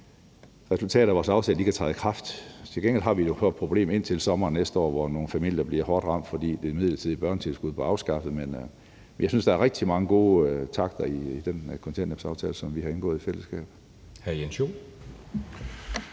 resultaterne af vores aftale kan træde i kraft. Til gengæld har vi et problem indtil sommeren næste år, da nogle mennesker bliver hårdt ramt, fordi det midlertidige børnetilskud er blevet afskaffet. Men jeg synes, der er rigtig mange gode takter i den kontanthjælpsaftale, som vi har indgået i fællesskab.